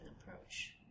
approach